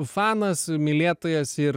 fanas mylėtojas ir